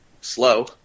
slow